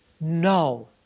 No